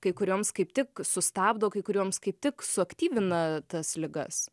kai kurioms kaip tik sustabdo kai kurioms kaip tik suaktyvina tas ligas